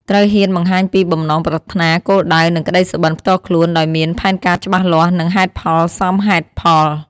ត្រូវហ៊ានបង្ហាញពី បំណងប្រាថ្នា គោលដៅ និងក្តីសុបិន្តផ្ទាល់ខ្លួន ដោយមាន ផែនការច្បាស់លាស់ និង ហេតុផលសមហេតុផល។